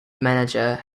manager